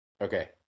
Okay